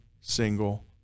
single